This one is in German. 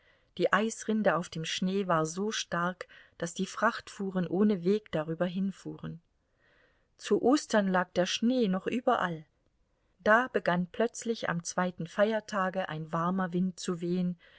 die eisrinde auf dem schnee war so stark daß die frachtfuhren ohne weg darüber hinfuhren zu ostern lag der schnee noch überall da begann plötzlich am zweiten feiertage ein warmer wind zu wehen